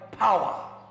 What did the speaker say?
Power